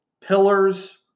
pillars